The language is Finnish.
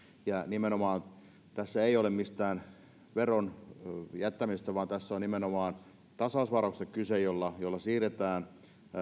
ja nimenomaan tässä ei ole mistään veron maksamatta jättämisestä vaan tässä on nimenomaan tasausvarauksesta kyse jolla siirretään